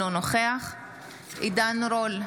אינו נוכח עידן רול,